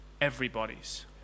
Everybody's